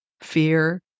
fear